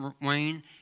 Wayne